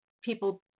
people